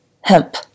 hemp